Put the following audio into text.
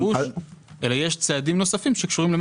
לא בעניין של קרן מס רכוש,